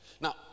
Now